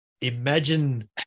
Imagine